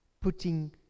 putting